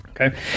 Okay